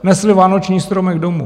Nesli vánoční stromek domů.